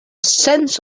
sense